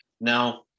Now